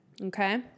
Okay